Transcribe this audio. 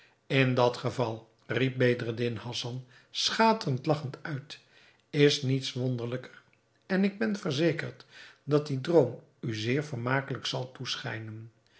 in dat geval riep bedreddin hassan schaterend lagchend uit is niets wonderlijker en ik ben verzekerd dat die droom u zeer vermakelijk zal toeschijnen